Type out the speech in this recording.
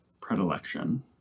predilection